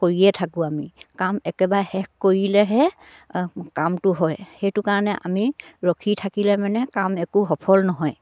কৰিয়ে থাকোঁ আমি কাম একেবাৰে শেষ কৰিলেহে কামটো হয় সেইটো কাৰণে আমি ৰখি থাকিলে মানে কাম একো সফল নহয়